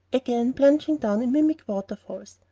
again plunging down in mimic waterfalls,